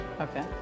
Okay